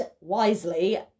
wisely